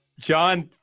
John